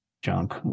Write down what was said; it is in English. junk